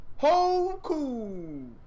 Hoku